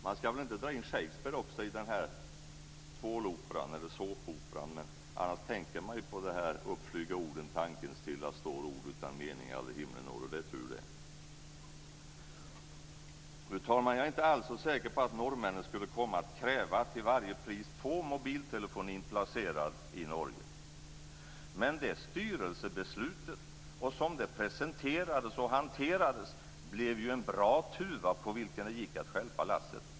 Man ska väl inte dra in Shakespeare in den här såpoperan, annars tänker man på "Upp flyga orden, tanken stilla står, Ord utan tanke aldrig himlen når." - och det är tur det. Fru talman! Jag är inte så säker på att norrmännen skulle komma att kräva att till varje pris få mobiltelefonin placerad i Norge. Men det styrelsebeslutet, och som det presenterades och hanterades, blev en bra tuva på vilken det gick att stjälpa lasset.